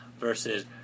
versus